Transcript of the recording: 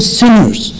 sinners